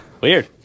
weird